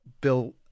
Bill